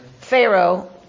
Pharaoh